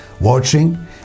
watching